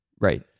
Right